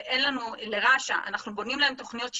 אנחנו בונים להם תכניות שיקום,